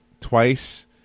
Twice